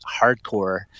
hardcore